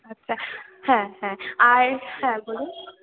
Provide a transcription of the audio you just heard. আচ্ছা হ্যাঁ হ্যাঁ আর হ্যাঁ বলুন